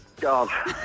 God